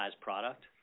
product